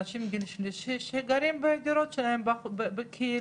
אנשים בגיל השלישי שגרים בדירות בקהילה,